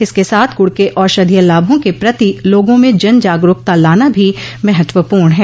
इसके साथ गुड़ के औषधीय लाभों के प्रति लोगों में जन जागरूकता लाना भी महत्वपूर्ण है